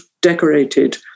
decorated